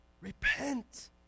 Repent